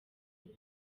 ubu